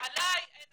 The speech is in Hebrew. עלי אין